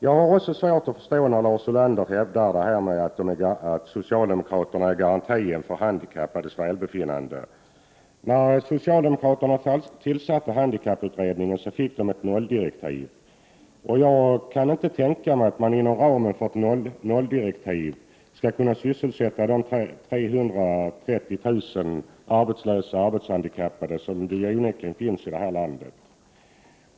Jag har också svårt att förstå Lars Ulanders resonemang om att socialdemokraterna utgör en garanti för de handikappades välbefinnande. När socialdemokraterna tillsatte handikapputredningen fick denna utredning ett 0-direktiv. Jag kan inte tänka mig att en utredning inom ramen för ett 0-direktiv skall kunna sysselsätta alla arbetslösa arbetshandikappade som finns i det här landet.